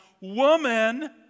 woman